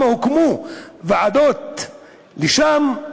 כמה ועדות הוקמו לשם,